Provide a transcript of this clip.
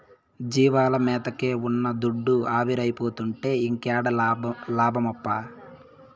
జీవాల మేతకే ఉన్న దుడ్డు ఆవిరైపోతుంటే ఇంకేడ లాభమప్పా